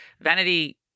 Vanity